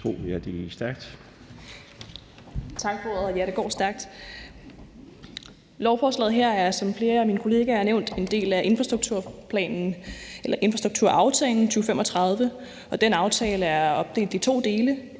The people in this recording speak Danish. Christina Olumeko (ALT): Tak for ordet – og ja, det går stærkt. Lovforslaget her er, som flere af min kollegaer har nævnt, en del af aftalen om infrastrukturplan 2035, og den aftale er opdelt i to dele.